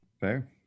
Fair